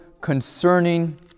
concerning